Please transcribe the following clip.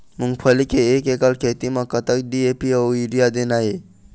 मूंगफली के एक एकड़ खेती म कतक डी.ए.पी अउ यूरिया देना ये?